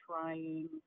trying